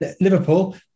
Liverpool